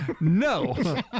No